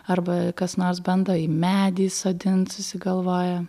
arba kas nors bando į medį sodint susigalvoja